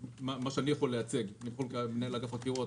מה שאני יכול לייצג כמנהל אגף חקירות,